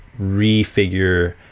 refigure